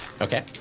Okay